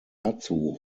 dazu